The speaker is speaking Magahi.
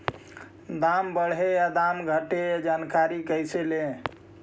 दाम बढ़े या दाम घटे ए जानकारी कैसे ले?